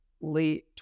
late